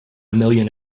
million